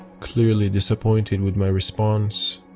clearly disappointed with my response.